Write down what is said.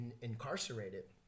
incarcerated